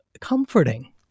comforting